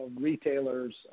retailers